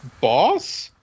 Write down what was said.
boss